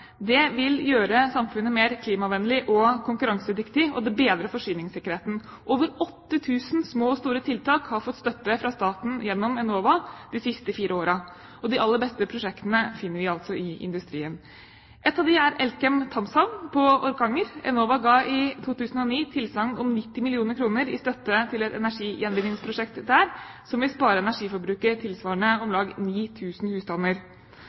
Det vil gjøre samfunnet mer klimavennlig og konkurransedyktig, og det bedrer forsyningssikkerheten. Over 8 000 små og store tiltak har fått støtte fra staten gjennom Enova de siste fire årene. De aller beste prosjektene finner vi altså i industrien. Ett av dem er Elkem Thamshavn på Orkanger. Enova ga i 2009 tilsagn om 90 mill. kr i støtte til et energigjenvinningsprosjekt der, som vil spare energiforbruket tilsvarende om